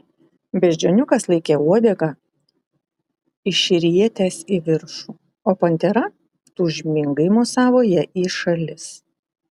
beždžioniukas laikė uodegą išrietęs į viršų o pantera tūžmingai mosavo ja į šalis